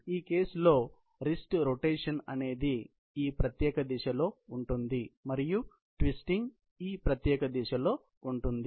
ఈ కేసులో wrist rotation అనేది ఈ ప్రత్యేక దిశ లో ఉంటుంది మరియు ట్విస్టింగ్ ఈ ప్రత్యేక దిశ లో ఉంటుంది